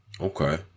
Okay